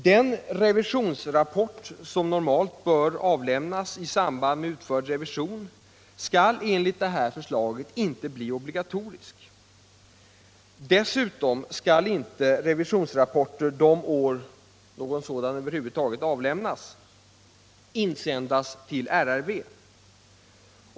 Den revisionsrapport som normalt skall inlämnas i samband med utförd revision skall enligt RRV:s förslag inte bli obligatorisk. Dessutom skall inte revisionsrapporten de år en sådan över huvud taget upprättas insändas till RRV.